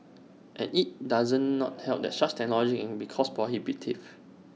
and IT does not help that such technology can be cost prohibitive